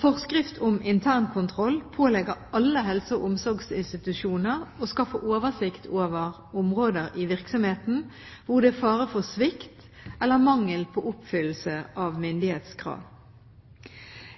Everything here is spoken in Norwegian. Forskrift om internkontroll pålegger alle helse- og omsorgsinstitusjoner å «skaffe oversikt over områder i virksomheten hvor det er fare for svikt eller mangel på oppfyllelse av myndighetskrav».